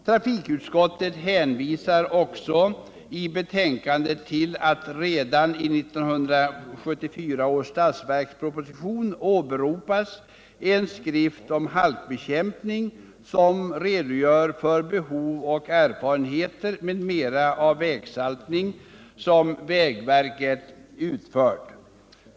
Trafikutskottet hänvisar också i betänkandet till att redan i 1974 års statsverksproposition åberopas en skrift om halkbekämpning som redogör för behov och erfarenheter m.m. av vägsaltning som vägverket har utfört.